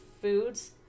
foods